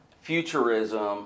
futurism